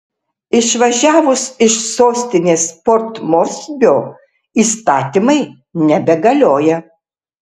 išvažiavus iš sostinės port morsbio įstatymai nebegalioja